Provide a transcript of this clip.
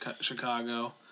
Chicago